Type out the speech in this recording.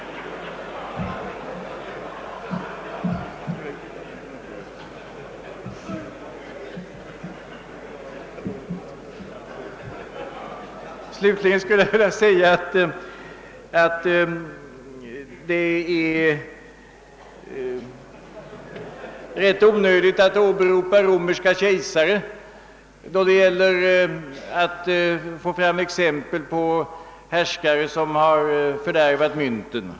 Slutligen skulle jag vilja säga att det var ganska onödigt att åberopa romerska kejsare för att få exempel på härskare som har fördärvat mynten.